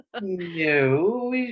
No